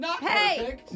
hey